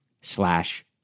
slash